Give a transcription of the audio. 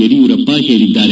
ಯಡಿಯೂರಪ್ಪ ಹೇಳಿದ್ದಾರೆ